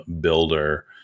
builder